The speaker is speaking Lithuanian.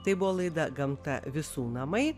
tai buvo laida gamta visų namai